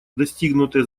достигнутые